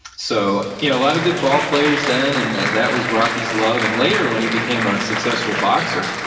so yeah a lot of good ballplayers then, and that that was rocky's love. and later, when he became a successful boxer,